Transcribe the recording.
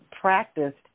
practiced